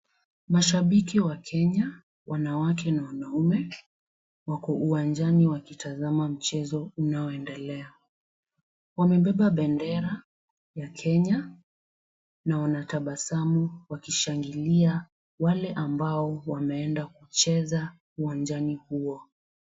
Mashabiki wa Kenya, wanawake na wanaume wako uwanjani wakitazama mchezo unaoendelea wamebeba bendera ya Kenya na wanatabasamu wakishangilia wale ambao wameenda kucheza uwanjani humo.